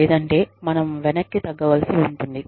లేదంటే మనం వెనక్కి తగ్గవలసి ఉంటుంది